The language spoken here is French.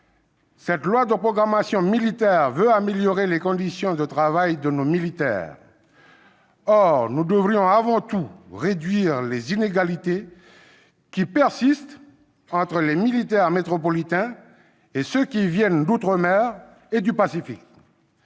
à mal. En outre, cette LPM veut améliorer les conditions de travail de nos militaires. Or nous devrions avant tout réduire les inégalités qui persistent entre les militaires métropolitains et ceux qui viennent d'outre-mer et du Pacifique.